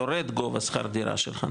יורד גובה שכר הדירה שלך,